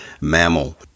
mammal